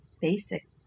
basic